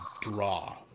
draw